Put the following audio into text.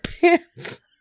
pants